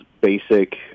basic